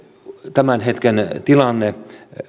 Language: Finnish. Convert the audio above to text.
tämän hetken tilanne